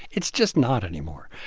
it's just not anymore.